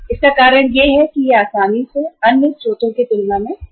इसका कारण यह है कि यह आसानी से अन्य स्रोतों की तुलना में उपलब्ध है